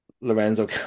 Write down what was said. Lorenzo